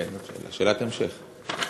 שאלת המשך.